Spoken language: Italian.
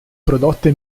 prodotte